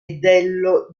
dello